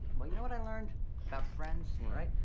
but you know what i learned about friends, all right?